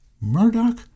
Murdoch